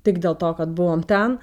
tik dėl to kad buvom ten